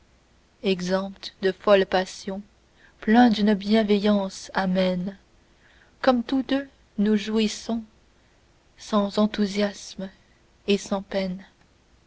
exempts de folles passions pleins d'une bienveillance amène comme tous deux nous jouissions sans enthousiasme et sans peine